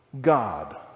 God